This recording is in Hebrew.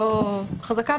רוצים להקל, לא רוצים להאריך.